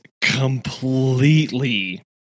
completely